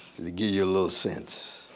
to give you a little sense.